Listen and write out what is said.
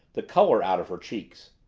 the color out of her cheeks.